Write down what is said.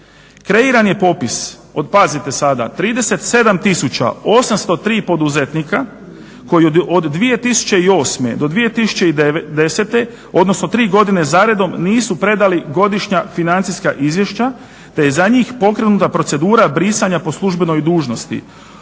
Kreiran je popis od, pazite sada 37 803 poduzetnika koji od 2008. do 2010.,odnosno 3 godine zaredom nisu predali godišnja financijska izvješća, te je za njih pokrenuta procedura brisanja po službenoj dužnosti.